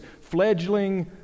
fledgling